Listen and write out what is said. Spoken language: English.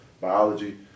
biology